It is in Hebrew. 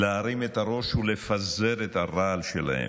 להרים את הראש ולפזר את הרעל שלהם.